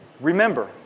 Remember